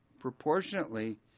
proportionately